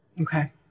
Okay